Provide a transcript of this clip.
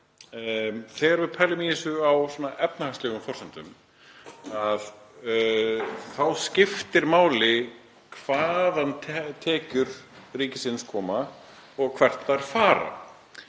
þegar við pælum í þessu út frá efnahagslegum forsendum þá skiptir máli hvaðan tekjur ríkisins koma og hvert þær fara.